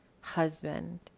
husband